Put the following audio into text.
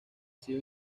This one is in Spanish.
sido